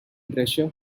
pressure